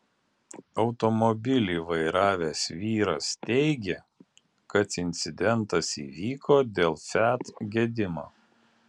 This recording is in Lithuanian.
automobilį vairavęs vyras teigė kad incidentas įvyko dėl fiat gedimo